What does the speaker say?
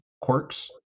quirks